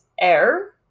air